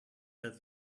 that